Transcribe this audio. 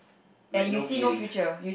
like no feelings